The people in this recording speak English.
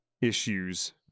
issues